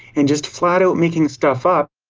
and just flat-out making stuff up.